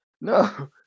No